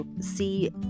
see